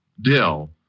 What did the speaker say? Dill